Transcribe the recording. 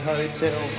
Hotel